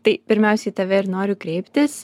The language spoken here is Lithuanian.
tai pirmiausiai į tave ir noriu kreiptis